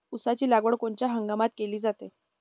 ऊसाची लागवड कोनच्या हंगामात केली जाते?